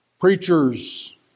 preachers